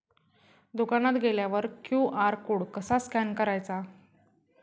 दुकानात गेल्यावर QR code कसा स्कॅन करायचा?